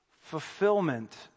fulfillment